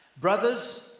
Brothers